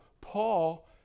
Paul